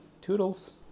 toodles